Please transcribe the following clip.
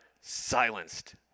silenced